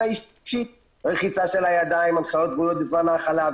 אישית רחיצה של הידיים בזמן ההאכלה,